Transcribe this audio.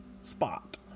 spot